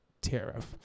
tariff